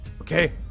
Okay